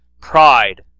Pride